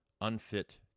Unfit